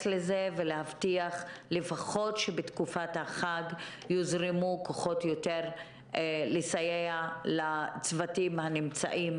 לזה ולהבטיח שלפחות בתקופת החג יוזרמו יותר כוחות לסייע לצוותים שנמצאים,